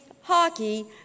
hockey